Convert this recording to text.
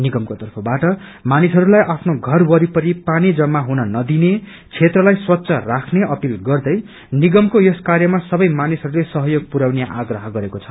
निगमको तर्फबाट मानिसहरूलाई आफ्नो घरहरू वरिपरि पनी जमा हुन नदिन क्षेत्रजलाईस्वच्छ राख्ने अपील गर्दै निगमको यस कार्यमा सबै मानिसहरूले सहयोग पुर्याउने आग्रह गरेको छ